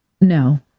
No